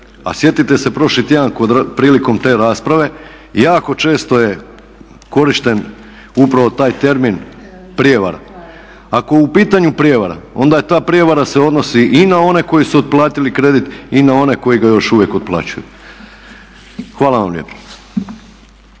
a sjetite se prošli tjedan prilikom te rasprave jako često je korišten upravo taj termin prijevara. Ako je u pitanju prijevara, onda ta prijevara se odnosi i na one koji su otplatili kredit i na one koji ga još uvijek otplaćuju. Hvala vam lijepo.